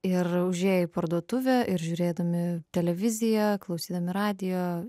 ir užėję į parduotuvę ir žiūrėdami televiziją klausydami radijo